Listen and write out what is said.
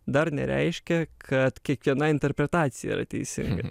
dar nereiškia kad kiekviena interpretacija yra teisinga